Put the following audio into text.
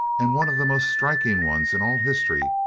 and one of the most striking ones in all history,